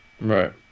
Right